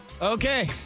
Okay